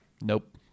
Nope